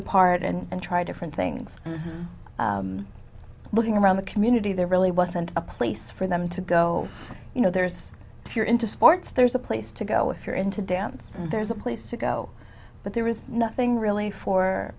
apart and try to front things looking around the community there really wasn't a place for them to go you know there's if you're into sports there's a place to go if you're into dance there's a place to go but there is nothing really for